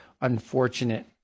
unfortunate